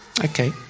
Okay